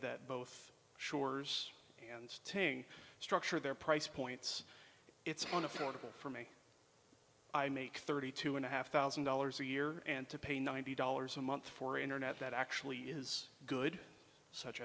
that both shores and sting structure their price points it's one affordable for me i make thirty two and a half thousand dollars a year and to pay ninety dollars a month for internet that actually is good such